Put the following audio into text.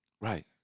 Right